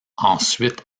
ensuite